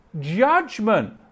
judgment